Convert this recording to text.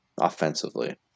offensively